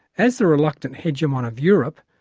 as the reluctant hegemon of europe,